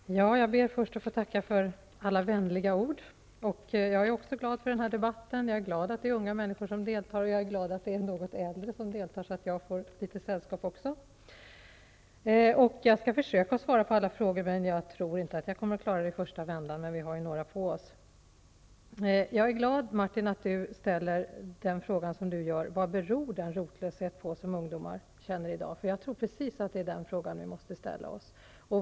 Fru talman! Jag ber först att få tacka för alla vänliga ord. Jag är också glad för den här debatten. Jag är glad att det är unga människor som deltar, och jag är glad att det är något äldre som deltar, så att jag får litet sällskap också. Jag skall försöka att svara på alla frågor. Jag tror inte att jag kommer att klara det i första vändan, men vi har några på oss. Jag är glad att Martin Nilsson ställer den fråga han gör. Vad beror den rotlöshet på som ungdomar känner i dag? Jag tror att det är precis den frågan som vi måste ställa oss.